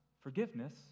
forgiveness